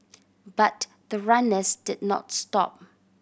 but the runners did not stop